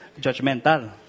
judgmental